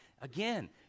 Again